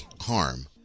harm